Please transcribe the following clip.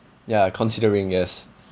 ya considering yes